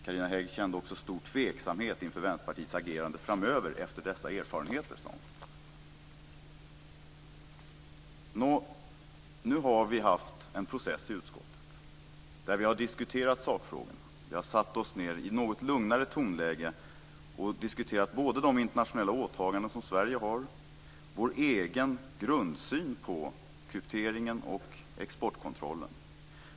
Carina Hägg kände också stor tveksamhet inför Vänsterpartiets agerande framöver efter dessa erfarenheter, sade hon. Nu har vi haft en process i utskottet där vi har diskuterat sakfrågorna. Vi har satt oss ned och i ett något lugnare tonläge diskuterat både de internationella åtaganden som Sverige har och vår egen grundsyn på krypteringen och exportkontrollen.